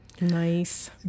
Nice